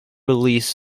release